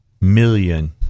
million